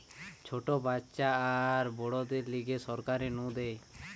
ছোট বাচ্চা আর বুড়োদের লিগে সরকার নু দেয়